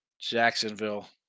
Jacksonville